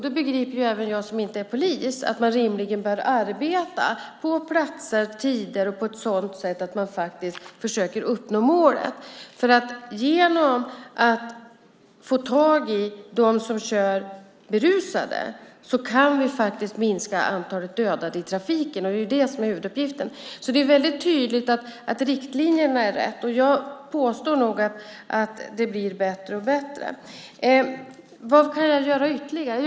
Då begriper även jag som inte är polis att man rimligen bör arbeta på platser och tider och på ett sådant sätt att man faktiskt försöker uppnå målet. Genom att få tag i dem som kör berusade kan vi minska antalet dödade i trafiken, och det är ju det som är huvuduppgiften. Det är alltså väldigt tydligt att riktlinjerna är rätt, och jag påstår nog att det blir bättre och bättre. Vad kan jag göra ytterligare?